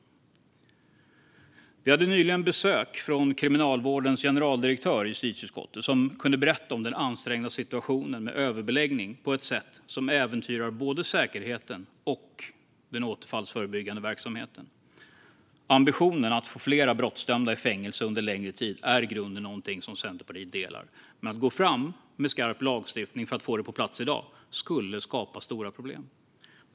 Vi hade i justitieutskottet nyligen besök av Kriminalvårdens generaldirektör, som kunde berätta om den ansträngda situationen med en överbeläggning som äventyrar både säkerheten och den återfallsförebyggande verksamheten. Ambitionen att få fler brottsdömda i fängelse under längre tid är i grunden någonting som Centerpartiet delar. Men att gå fram med skarp lagstiftning för att få det på plats i dag skulle skapa stora problem.